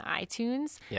iTunes